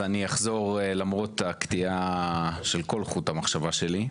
אז אני אחזור למרות הקטיעה של כל חוט המחשבה שלי.